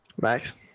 Max